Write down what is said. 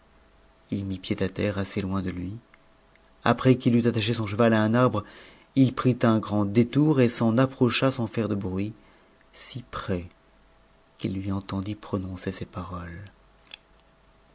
l mit pied à terre assez loin de lui après qu'il eut haché son cheval à un arbre il prit un grand détour et s'en approcha nus faire de bruit si près qu'il lui entendit prononcer ces paroles